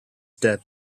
death